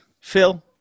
Phil